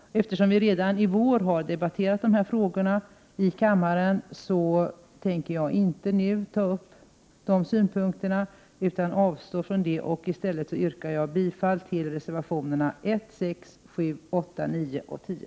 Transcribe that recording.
Eftersom vi så sent som i vår har debatterat dessa frågor i kammaren avstår jag nu från att ta upp de synpunkterna. Jag yrkar bifall till reservationerna 1, 6, 7, 8, 9 och 10.